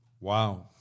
Wow